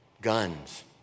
guns